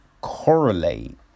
correlate